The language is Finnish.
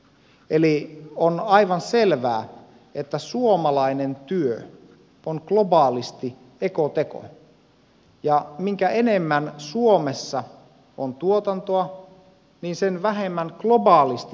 eli on aivan selvää että suomalainen työ on globaalisti ekoteko ja minkä enemmän suomessa on tuotantoa niin sen vähemmän globaalisti syntyy päästöjä